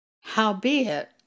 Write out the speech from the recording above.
Howbeit